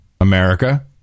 America